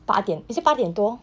八点 is it 八点多